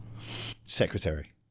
Secretary